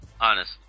honest